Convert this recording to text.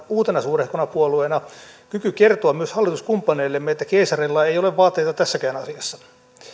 uutena suurehkona puolueena kyky kertoa myös hallituskumppaneillemme että keisarilla ei ei ole vaatteita tässäkään asiassa